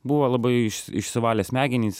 buvo labai išsivalė smegenys